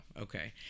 okay